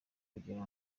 kugira